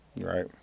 right